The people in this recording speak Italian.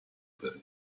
per